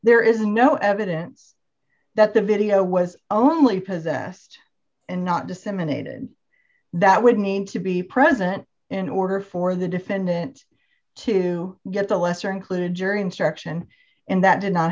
there is no evidence that the video was only possessed and not disseminated that would need to be present in order for the defendant to get the lesser included jury instruction and that did not